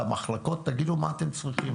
את המחלקות תגידו מה אתם צריכים,